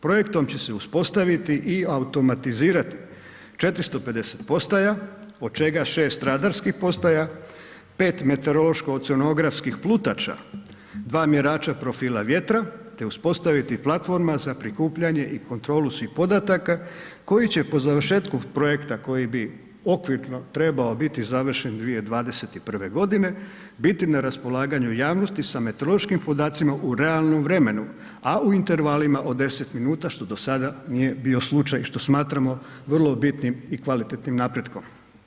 Projektom će se uspostaviti i automatizirati 450 postaja od čega 6 radarskih postaja, 5 meteorološko oceanografskih plutača, 2 mjeraća profila vjetra te uspostaviti platforma za prikupljanje i kontrolu svih podataka koji će po završetku projekta koji bi okvirno trebao biti završen 2021. godine biti na raspolaganju javnosti sa meteorološkim podacima u realnom vremenu, a u intervalima od 10 minuta što do sada nije bio slučaj i što smatramo vrlo bitnim i kvalitetnim napretkom.